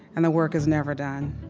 and the work is never done.